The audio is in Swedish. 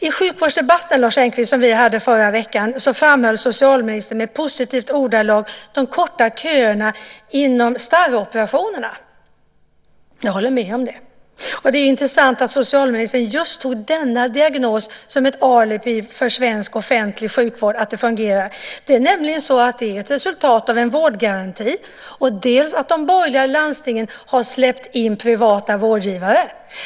I sjukvårdsdebatten förra veckan, Lars Engqvist, framhöll socialministern i positiva ordalag de korta köerna för starroperationerna. Jag håller med om det. Det är intressant att socialministern tog upp just denna diagnos som ett alibi för att svensk offentlig sjukvård fungerar. Det är dels ett resultat av vårdgarantin, dels att de borgerliga landstingen har släppt in privata vårdgivare.